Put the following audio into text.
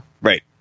Right